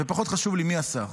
ופחות חשוב לי מי השר.